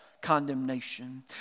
condemnation